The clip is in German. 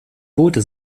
boote